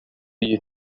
you